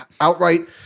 outright